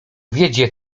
wiedzie